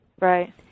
Right